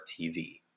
TV